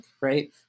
right